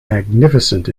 magnificent